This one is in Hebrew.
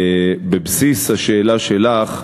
בבסיס השאלה שלך,